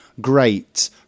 great